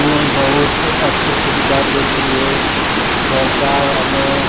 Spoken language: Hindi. ने बहुत अच्छी सुविधा देती है सरकार हमें